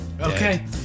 Okay